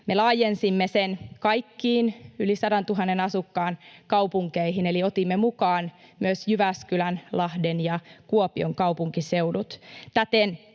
Me laajensimme sen kaikkiin yli 100 000 asukkaan kaupunkeihin, eli otimme mukaan myös Jyväskylän, Lahden ja Kuopion kaupunkiseudut.